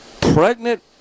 pregnant